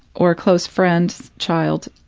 or a close friend's child,